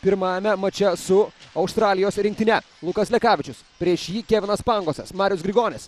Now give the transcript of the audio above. pirmajame mače su australijos rinktine lukas lekavičius prieš jį kevinas pangosas marius grigonis